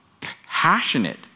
passionate